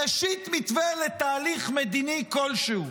ראשית מתווה לתהליך מדיני כלשהו,